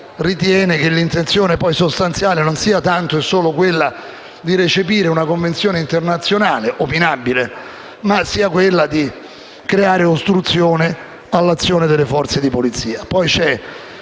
ritiene che l'intenzione sostanziale non sia tanto e solo quella di recepire una convenzione internazionale, opinabile, ma sia quella di creare ostruzione all'azione delle forze di polizia. Poi c'è